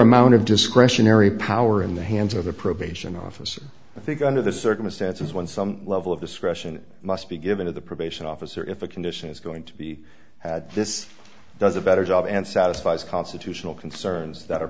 amount of discretionary power in the hands of a probation officer i think under the circumstances when some level of discretion it must be given to the probation officer if a condition is going to be had this does a better job and satisfies constitutional concerns that